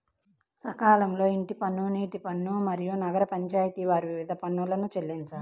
సకాలంలో ఇంటి పన్ను, నీటి పన్ను, మరియు నగర పంచాయితి వారి వివిధ పన్నులను చెల్లించాలి